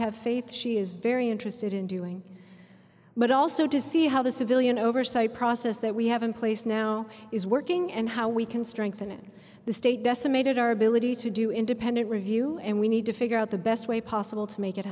have faith she is very interested in doing but also to see how the civilian oversight process that we have in place now is working and how we can strengthen the state decimated our ability to do independent review and we need to figure out the best way possible to make it